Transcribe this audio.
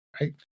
right